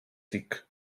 tic